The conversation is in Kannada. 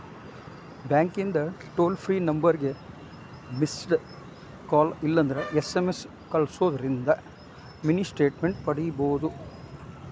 ಬ್ಯಾಂಕಿಂದ್ ಟೋಲ್ ಫ್ರೇ ನಂಬರ್ಗ ಮಿಸ್ಸೆಡ್ ಕಾಲ್ ಇಲ್ಲಂದ್ರ ಎಸ್.ಎಂ.ಎಸ್ ಕಲ್ಸುದಿಂದ್ರ ಮಿನಿ ಸ್ಟೇಟ್ಮೆಂಟ್ ಪಡ್ಕೋಬೋದು